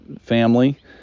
family